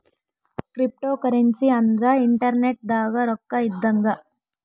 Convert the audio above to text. cryptocurrency ಅಂದ್ರ internet ದಾಗ ರೊಕ್ಕ ಇದ್ದಂಗ